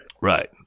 Right